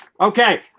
Okay